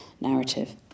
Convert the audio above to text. narrative